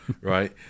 Right